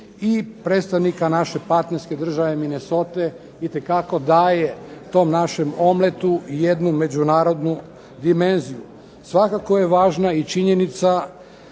i predstavnika naše partnerske države Minesote itekako daje tom našem omletu jednu međunarodnu dimenziju. Svakako je važna i činjenica